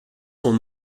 sont